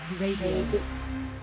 Radio